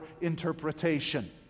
interpretation